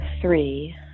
three